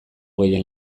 gehien